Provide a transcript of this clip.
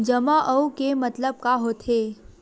जमा आऊ के मतलब का होथे?